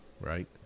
right